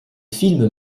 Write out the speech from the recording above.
film